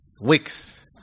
weeks